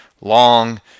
long